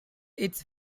its